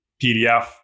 PDF